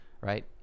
right